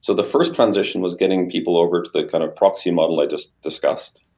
so the first transition was getting people over to the kind of proxy model i just discussed,